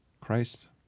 Christ